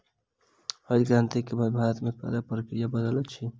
हरित क्रांति के बाद भारत में उत्पादन प्रक्रिया बदलल अछि